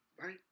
right